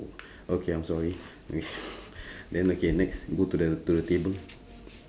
oh okay I'm sorry then okay next go to to the table